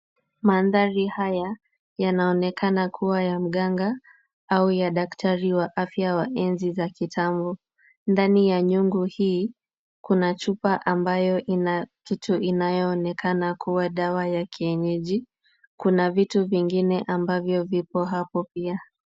Mandhari haya yanaonekana kuwa ya mganga au ya daktari wa afya wa enzi za kitambo. Ndani ya nyungu hii, kuna chupa ambayo ina kitu inayoonekana kuwa dawa ya kienyeji. Kuna vitu vingine ambavyo vipo hapo pia.